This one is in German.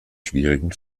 schwierigen